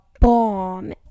bomb